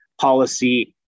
policy